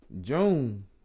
June